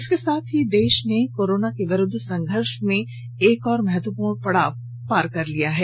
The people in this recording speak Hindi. इसके साथ ही देश ने कोरोना के विरूद्व संघर्ष में एक और महत्वपूर्ण पड़ाव पार कर लिया है